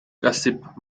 gossip